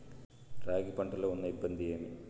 రాగి పంటలో ఉన్న ఇబ్బంది ఏమి?